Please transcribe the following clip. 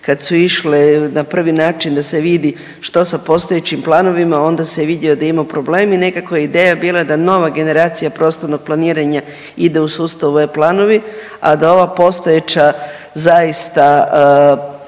kad su išle na prvi način da se vidi što sa postojećim planovima, onda se vidio da ima problem i nekako je ideja bila da nova generacija prostornog planiranja ide u sustavu e-Planovi, a da ova postojeća zaista